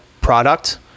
product